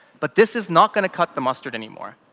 but this is not going to cut the mustard anymore.